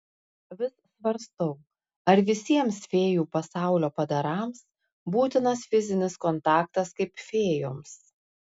vis svarstau ar visiems fėjų pasaulio padarams būtinas fizinis kontaktas kaip fėjoms